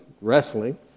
wrestling